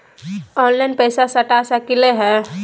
Online पैसा सटा सकलिय है?